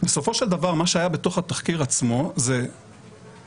בסופו של דבר מה שהיה בתוך התחקיר עצמו זו הקלטה